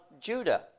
Judah